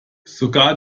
sogar